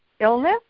illness